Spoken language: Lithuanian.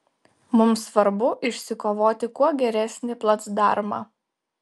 mums svarbu išsikovoti kuo geresnį placdarmą